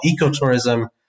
ecotourism